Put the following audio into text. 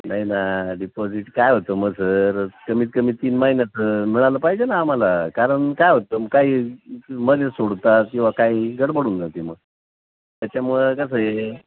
नाही ना डिपॉजिट काय होतं मग सर कमीत कमी तीन महिन्याचं मिळालं पाहिजे ना आम्हाला कारण काय होतं मग काही मध्ये सोडतात किंवा काही गडबडून जाते मग त्याच्यामुळं कसं आहे